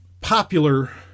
popular